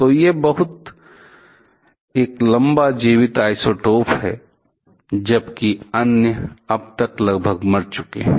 तो यह एक बहुत लंबा जीवित आइसोटोप है जबकि अन्य अब तक लगभग मर चुके हैं